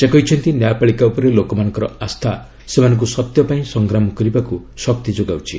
ସେ କହିଛନ୍ତି ନ୍ୟାୟପାଳିକା ଉପରେ ଲୋକମାନଙ୍କର ଆସ୍ଥା ସେମାନଙ୍କୁ ସତ୍ୟ ପାଇଁ ସଂଗ୍ରାମ କରିବାକୁ ଶକ୍ତି ଯୋଗାଉଛି